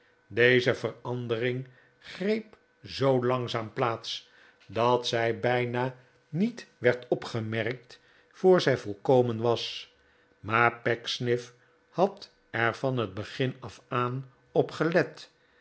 deze verandering greep zoo langzaam plaats dat zij bijna niet werd opgemerkt voor zij volkomen was maar pecksniff had er van het begin af aan